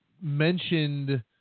mentioned